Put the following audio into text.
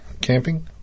camping